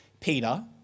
Peter